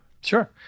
Sure